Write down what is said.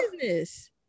business